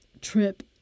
trip